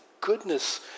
goodness